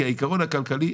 כי העיקרון הכלכלי,